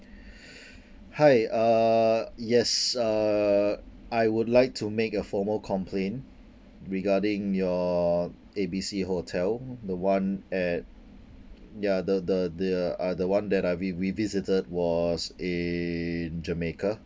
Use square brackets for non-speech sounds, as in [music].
[breath] hi uh yes uh I would like to make a formal complaint regarding your A B C hotel the one at ya the the the uh the one that I vi~ the we visited was in jamaica